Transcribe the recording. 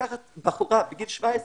לקחת בחורה בגיל 17,